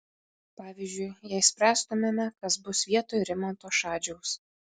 pavyzdžiui jei spręstumėme kas bus vietoj rimanto šadžiaus